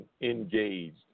engaged